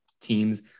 teams